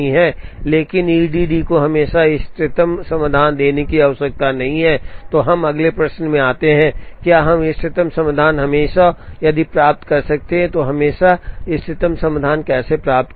लेकिन E D D को हमें हमेशा इष्टतम समाधान देने की आवश्यकता नहीं है तो हम अगले प्रश्न में आते हैं क्या हम इष्टतम समाधान हमेशा और यदि प्राप्त कर सकते हैं तो हम हमेशा इष्टतम समाधान कैसे प्राप्त करें